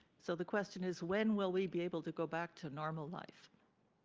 so the question is when will we be able to go back to normal life.